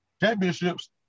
championships